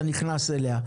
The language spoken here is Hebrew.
אתה נכנס אליה.